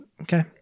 Okay